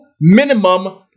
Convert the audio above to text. minimum